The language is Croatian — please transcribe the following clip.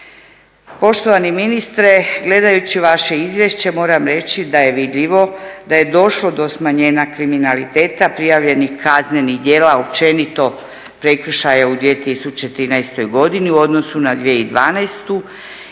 Poštovani ministre, gledajući vaše izvješće moram reći da je vidljivo da je došlo do smanjena kriminaliteta, prijavljenih kaznenih djela općenito prekršaja u 2013.godini u odnosu na 2012.i